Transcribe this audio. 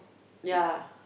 ya